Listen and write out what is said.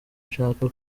nshaka